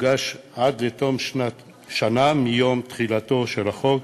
תוגש עד לתום שנה מיום תחילתו של החוק,